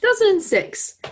2006